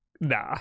nah